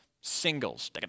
singles